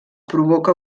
provoca